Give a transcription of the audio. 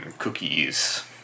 cookies